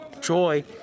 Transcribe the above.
joy